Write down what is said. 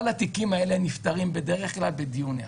כל התיקים האלה נפתרים בדרך כלל בדיון אחד.